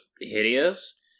hideous